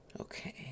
Okay